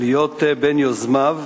להיות בין יוזמיה,